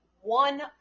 one